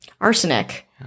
Arsenic